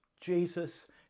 Jesus